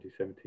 2017